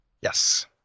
Yes